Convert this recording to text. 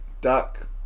Duck